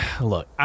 look